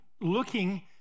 looking